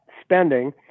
spending